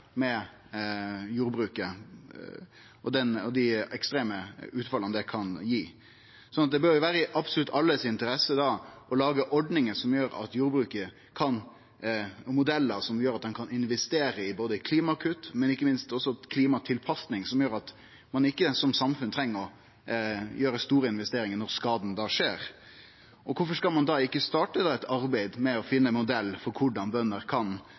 med jordbruket, og dei ekstreme utfalla det kan gi. Så det bør vere i absolutt alle si interesse å lage ordningar og modellar som gjer at ein kan investere både i klimakutt og ikkje minst òg i klimatilpassing, som gjer at ein som samfunn ikkje treng å gjere store investeringar når skaden skjer. Kvifor skal ein ikkje starte eit arbeid med å finne ein modell for korleis bønder kan